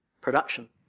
production